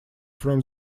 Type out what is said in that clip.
from